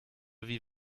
wie